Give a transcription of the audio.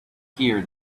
here